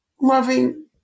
loving